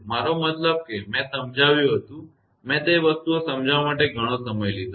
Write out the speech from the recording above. મારો મતલબ કે મેં સમજાવ્યું હતું મેં તે વસ્તુઓ સમજાવવા માટે ઘણો સમય લીધો હતો